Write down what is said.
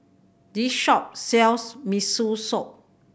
this shop sells Miso Soup